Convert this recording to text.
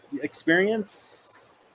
experience